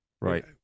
right